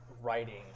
writing